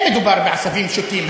לא מדובר בעשבים שוטים,